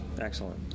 Excellent